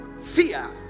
fear